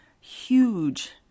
huge